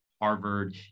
Harvard